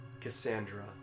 cassandra